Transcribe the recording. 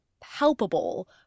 palpable